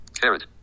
Carrot